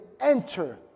enter